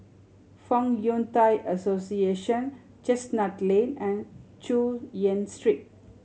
Fong Yun Thai Association Chestnut Lane and Chu Yen Street